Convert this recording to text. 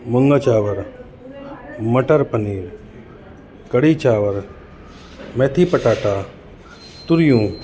मुङ चांवर मटर पनीर कढ़ी चांवर मेथी पटाटा तुरियूं